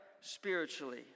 spiritually